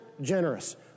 generous